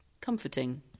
comforting